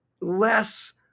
less